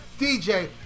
DJ